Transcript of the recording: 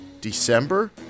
December